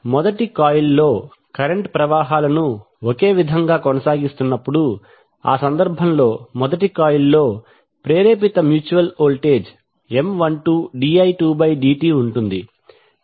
మొదటి కాయిల్లో కరెంట్ ప్రవాహాలను ఒకే విధంగా కొనసాగిస్తున్నప్పుడు ఆ సందర్భంలో మొదటి కాయిల్లో ప్రేరేపిత మ్యూచువల్ వోల్టేజ్ M12di2dt ఉంటుంది